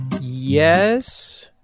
Yes